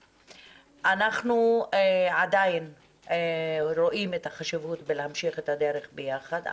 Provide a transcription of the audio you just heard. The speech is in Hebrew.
אנחנו עדיין רואים את החשיבות להמשיך את הדרך ביחד.